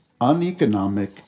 uneconomic